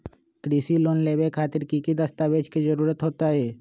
कृषि लोन लेबे खातिर की की दस्तावेज के जरूरत होतई?